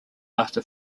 after